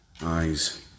eyes